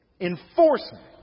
enforcement